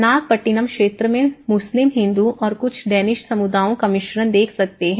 नागपट्टिनम क्षेत्र में मुस्लिम हिंदू और कुछ डेनिश समुदायों का मिश्रण देख सकते हैं